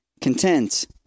content